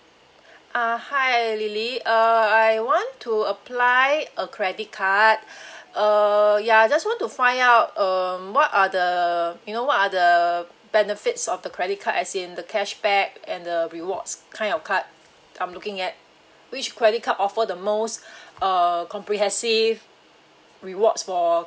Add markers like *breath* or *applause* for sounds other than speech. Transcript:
uh hi lily uh I want to apply a credit card *breath* uh ya I just want to find out um what are the you know what are the benefits of the credit card as in the cashback and the rewards kind of card I'm looking at which credit card offer the most *breath* uh comprehensive rewards for